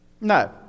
No